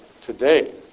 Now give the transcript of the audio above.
today